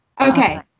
Okay